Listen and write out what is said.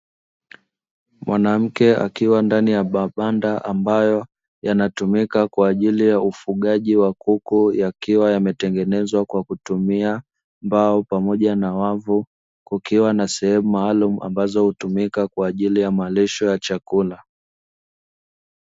Mwanamke akiwa ndani ya mabanda ambayo yanatumika kwa ajili ya ufugaji wa kuku yakiwa yametengenezwa kwa kutumia mbao pamoja na wavu, kukiwa na sehemu maalumu ambazo hutumika kwa ajili ya malisho ya chakula.